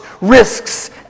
risks